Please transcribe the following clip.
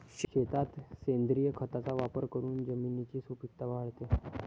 शेतात सेंद्रिय खताचा वापर करून जमिनीची सुपीकता वाढते